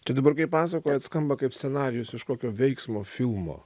tai dabar kai pasakojat skamba kaip scenarijus iš kokio veiksmo filmo